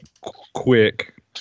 quick